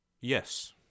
Yes